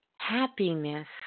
Happiness